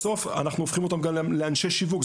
בסוף אנחנו הופכים אותם גם לאנשי שיווק.